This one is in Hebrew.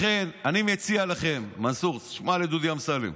לכן אני מציע לכם, מנסור, תשמע לדודי אמסלם,